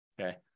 okay